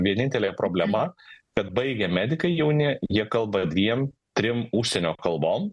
vienintelė problema kad baigę medikai jauni jie kalba dviem trim užsienio kalbom